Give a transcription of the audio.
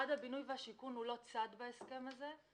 משרד הבינוי והשיכון הוא לא צד בהסכם הזה.